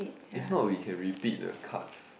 if not we can repeat the cards